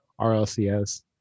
RLCS